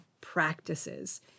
practices